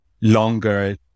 longer